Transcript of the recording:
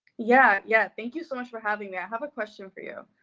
yeah, yeah. thank you so much for having me. i have a question for you.